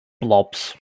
blobs